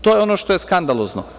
To je ono što je skandalozno.